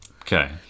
Okay